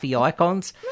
icons